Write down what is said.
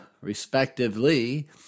respectively